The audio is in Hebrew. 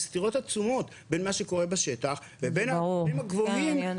יש סתירות עצומות בין מה שקורה בשטח לבין הדברים הגבוהים